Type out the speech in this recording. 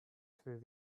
through